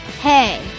Hey